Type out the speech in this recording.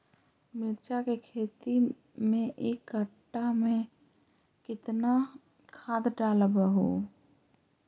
मिरचा के खेती मे एक कटा मे कितना खाद ढालबय हू?